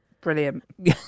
brilliant